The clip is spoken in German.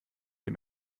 dem